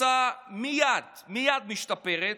הקבוצה מייד משתפרת,